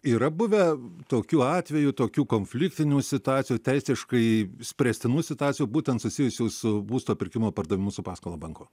yra buvę tokių atvejų tokių konfliktinių situacijų teisiškai spręstinų situacijų būtent susijusių su būsto pirkimu pardavimu su paskola banko